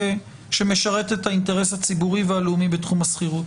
בהתנהלות שמשרתת את האינטרס הציבורי והלאומי בתחום השכירות.